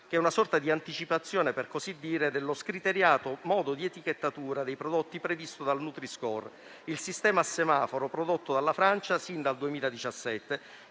che è una sorta di anticipazione dello scriteriato modo di etichettatura dei prodotti previsto dal nutri-score, il sistema al semaforo prodotto dalla Francia sin dal 2017,